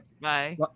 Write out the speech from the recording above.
Bye